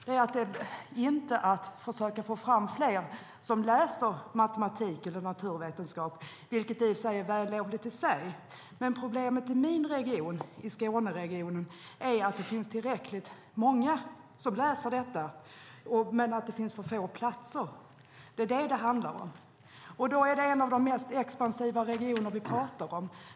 Det är inte att försöka få fram fler som läser matematik eller naturvetenskap, vilket i och för sig är vällovligt. Problemet i Skåneregionen är att det finns tillräckligt många som vill läsa dessa ämnen, men det finns för få platser. Det är vad det handlar om, och då talar vi om en av de mest expansiva regionerna i landet.